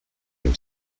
him